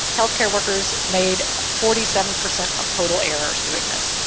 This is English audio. healthcare workers made forty seven percent of total errors doing this.